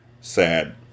Sad